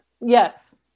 yes